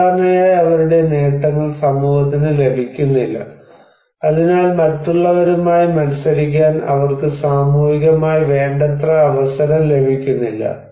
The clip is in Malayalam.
സാധാരണയായി അവരുടെ നേട്ടങ്ങൾ സമൂഹത്തിന് ലഭിക്കുന്നില്ല അതിനാൽ മറ്റുള്ളവരുമായി മത്സരിക്കാൻ അവർക്ക് സാമൂഹികമായി വേണ്ടത്ര അവസരം ലഭിക്കുന്നില്ല